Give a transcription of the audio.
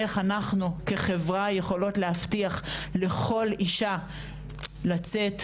איך אנחנו כחברה יכולות להבטיח לכל אישה לצאת,